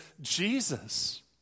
Jesus